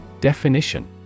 Definition